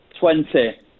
Twenty